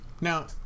Now